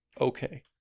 Okay